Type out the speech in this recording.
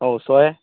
অঁ ওচৰহে